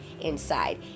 inside